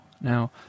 Now